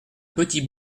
petit